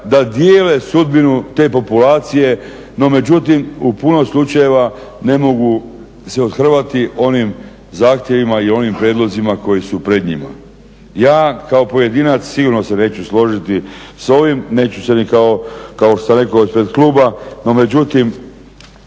da dijele sudbinu te populacije, no međutim u puno slučajeva ne mogu se othrvati onim zahtjevima i onim prijedlozima koji su pred njima. Ja kao pojedinac sigurno se neću složit s ovim, neću se ni kao … kluba, no međutim